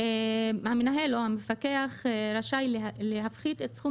המנהל או המפקח רשאי להפחית את סכום